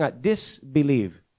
Disbelieve